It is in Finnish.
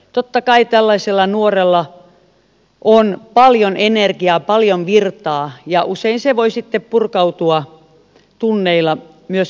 totta kai tällaisella nuorella on paljon energiaa paljon virtaa ja usein se voi sitten purkautua tunneilla myös häiriökäyttäytymiseksi